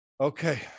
Okay